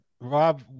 Rob